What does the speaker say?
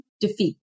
defeat